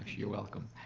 you're welcome.